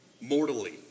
Mortally